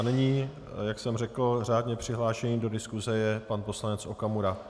Nyní, jak jsem řekl, řádně přihlášený do diskuse je pan poslanec Okamura.